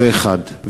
זה דבר אחד.